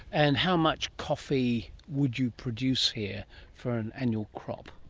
and how much coffee would you produce here for an annual crop?